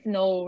no